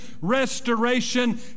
restoration